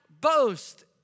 boast